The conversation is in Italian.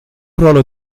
ruolo